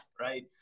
Right